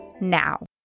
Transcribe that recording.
now